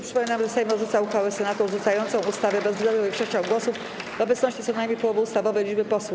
Przypominam, że Sejm odrzuca uchwałę Senatu odrzucającą ustawę bezwzględną większością głosów w obecności co najmniej połowy ustawowej liczby posłów.